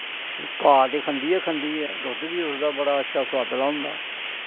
घाह् ते खंदी गै खंदी ऐ दुध बी ओह्दा बड़ा अच्छा सोआदला होंदा